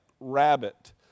rabbit